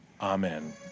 Amen